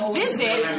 visit